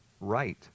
right